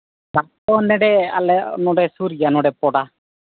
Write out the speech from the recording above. ᱱᱚᱰᱮ ᱟᱞᱮ ᱱᱚᱰᱮ ᱥᱩᱨ ᱜᱮᱭᱟ ᱱᱚᱰᱮ ᱯᱚᱰᱟ